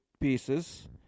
pieces